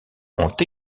ont